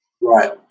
right